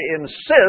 insist